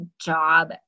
job